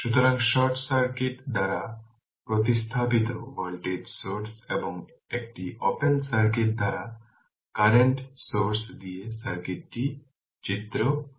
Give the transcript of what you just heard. সুতরাং short circuit দ্বারা প্রতিস্থাপিত ভোল্টেজ সোর্স এবং একটি ওপেন সার্কিট দ্বারা কারেন্ট সোর্স দিয়ে সার্কিটটির চিত্র 47